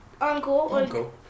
uncle